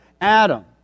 Adam